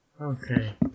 Okay